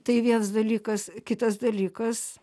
tai vienas dalykas kitas dalykas